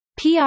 PR